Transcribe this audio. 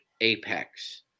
apex